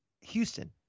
Houston